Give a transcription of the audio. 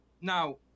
Now